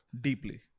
Deeply